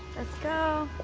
let's go.